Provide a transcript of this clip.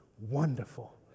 wonderful